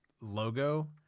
logo